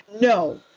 no